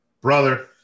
brother